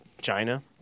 China